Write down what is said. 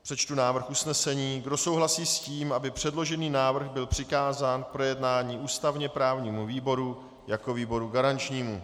Přečtu návrh usnesení: Kdo souhlasí s tím, aby předložený návrh byl přikázán k projednání ústavněprávnímu výboru jako výboru garančnímu?